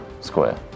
square